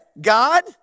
God